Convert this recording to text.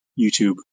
YouTube